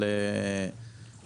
אדוני היושב-ראש,